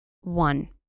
One